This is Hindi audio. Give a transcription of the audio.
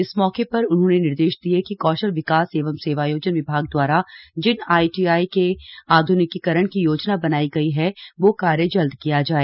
इस मौके पर उन्होंने निर्देश दिये कि कौशल विकास एवं सेवायोजन विभाग दवारा जिन आईटीआई के आध्निकीरण की योजना बनाई गई है वह कार्य जल्द किया जाय